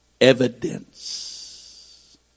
Evidence